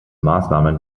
maßnahmen